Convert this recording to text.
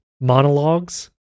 monologues